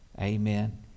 Amen